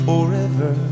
Forever